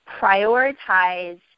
prioritize